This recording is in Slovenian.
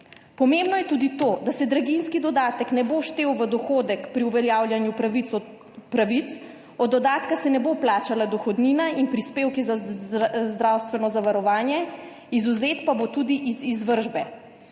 Pomembno je tudi to, da se draginjski dodatek ne bo štel v dohodek pri uveljavljanju pravic, od dodatka se ne bo plačala dohodnina in prispevki za zdravstveno zavarovanje, izvzet pa bo tudi iz izvršbe.